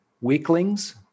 weaklings